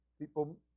People